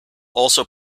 also